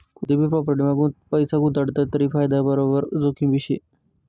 कोनतीभी प्राॅपटीमा पैसा गुताडात तरी फायदाना बराबर जोखिमभी रहास